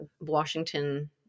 Washington